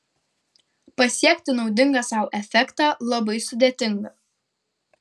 pasiekti naudingą sau efektą labai sudėtinga